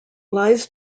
lies